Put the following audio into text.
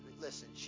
Listen